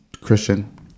Christian